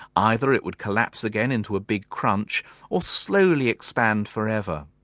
either it would collapse again into a big crunch or slowly expand forever.